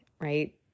right